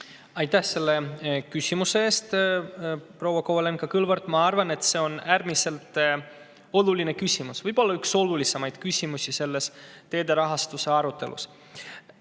Aitäh selle küsimuse eest, proua Kovalenko-Kõlvart! Ma arvan, et see on äärmiselt oluline küsimus, võib-olla üks olulisimaid küsimusi teede rahastuse arutelus.